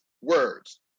words